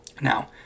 Now